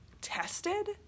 tested